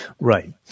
Right